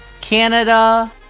Canada